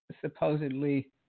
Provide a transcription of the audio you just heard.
supposedly